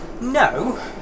No